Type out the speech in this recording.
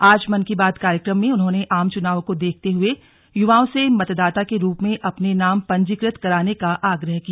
आज मन की बात कार्यक्रम में उन्होंने आम चुनावों को देखते हुए युवाओं से मतदाता के रुप में अपने नाम पंजीकृत कराने का आग्रह किया